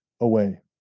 away